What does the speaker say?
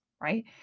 Right